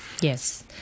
Yes